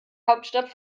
hauptstadt